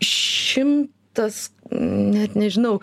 šimtas net nežinau